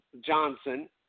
Johnson